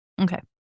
Okay